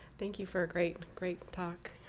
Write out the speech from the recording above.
thank you for a great great talk.